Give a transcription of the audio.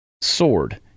sword